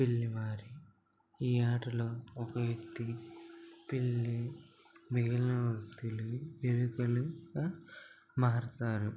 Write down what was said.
పిల్లిమారి ఈ ఆటలో ఒక వ్యక్తి పిల్లి మిగిలిన వాళ్ళు ఎలుకలుగా మారతారు